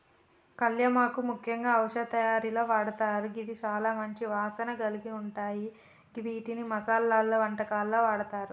కళ్యామాకు ముఖ్యంగా ఔషధ తయారీలో వాడతారు గిది చాల మంచి వాసన కలిగుంటాయ గివ్విటిని మసాలలో, వంటకాల్లో వాడతారు